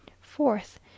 Fourth